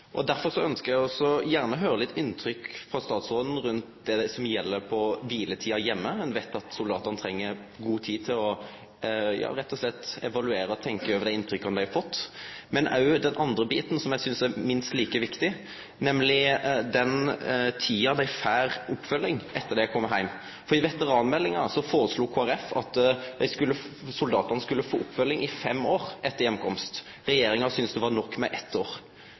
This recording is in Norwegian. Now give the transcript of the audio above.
Derfor ønskjer eg gjerne å høyre frå statsråden litt om inntrykk rundt det som gjeld kviletida heime. Me veit at soldatane treng god tid til rett og slett å evaluere og tenkje over dei inntrykka dei har fått, men den andre biten som eg synest er minst like viktig, er den tida dei får oppfølging etter at dei har kome heim. I veteranmeldinga foreslo Kristeleg Folkeparti at soldatane skulle få oppfølging i fem år etter heimkomst. Regjeringa syntest det var nok med eitt år.